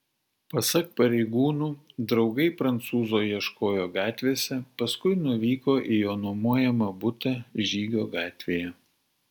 pasak pareigūnų draugai prancūzo ieškojo gatvėse paskui nuvyko į jo nuomojamą butą žygio gatvėje